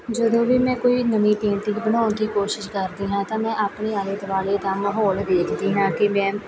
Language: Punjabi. ਜਦੋਂ ਵੀ ਮੈਂ ਕੋਈ ਨਵੀਂ ਪੇਂਟਿੰਗ ਬਣਾਉਣ ਦੀ ਕੋਸ਼ਿਸ਼ ਕਰਦੀ ਹਾਂ ਤਾਂ ਮੈਂ ਆਪਣੇ ਆਲੇ ਦੁਆਲੇ ਦਾ ਮਾਹੌਲ ਵੇਖਦੀ ਹਾਂ ਕਿ ਮੈਂ